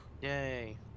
Yay